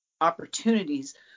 opportunities